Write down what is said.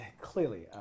clearly